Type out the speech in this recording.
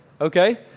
Okay